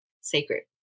sacred